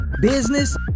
business